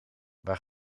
waar